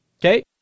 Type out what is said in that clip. Okay